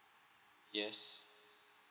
yes